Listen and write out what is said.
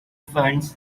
funds